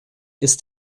ist